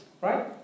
right